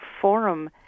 Forum